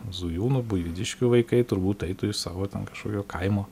zujūnų buivydiškių vaikai turbūt eitų į savo ten kažkokio kaimo